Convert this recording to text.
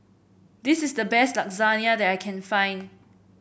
this is the best Lasagna that I can find